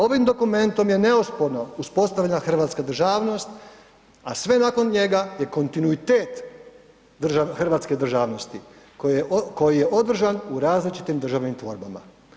Ovim dokumentom je neosporno uspostavljena hrvatska državnost, a sve nakon njega je kontinuitet hrvatske državnosti koji je održan u različitim državnim tvorbama.